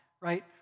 right